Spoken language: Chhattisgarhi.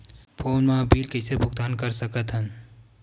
फोन मा बिल कइसे भुक्तान साकत हन?